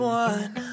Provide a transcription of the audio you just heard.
one